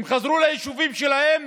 הם חזרו ליישובים שלהם